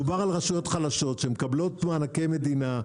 מדובר על רשויות חלשות שמקבלות מענקי מדינה,